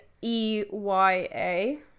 E-Y-A